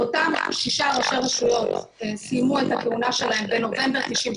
אותם שישה ראשי רשויות סיימו את הכהונה שלהם בנובמבר 98'